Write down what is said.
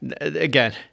Again